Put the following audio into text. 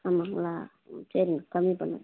ஆமாங்களா ம் சரிங்க கம்மி பண்ணுவோம்